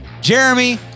Jeremy